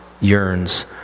yearns